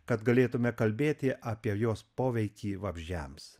kad galėtume kalbėti apie jos poveikį vabzdžiams